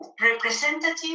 representative